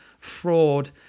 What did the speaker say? fraud